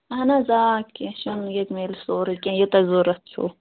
اَہَن حظ آ کیٚنٛہہ چھُنہٕ ییٚتہِ میلہِ سورُے کیٚنٛہہ یہِ تۅہہِ ضروٗرت چھُو